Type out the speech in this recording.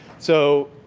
so,